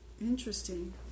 Interesting